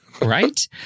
right